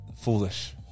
foolish